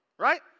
right